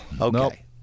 Okay